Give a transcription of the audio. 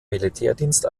militärdienst